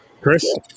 Chris